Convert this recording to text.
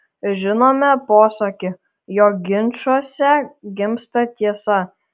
žinome posakį jog ginčuose gimsta tiesa